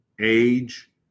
age